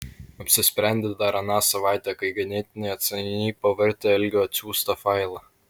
apsisprendė dar aną savaitę kai ganėtinai atsainiai pavartė algio atsiųstą failą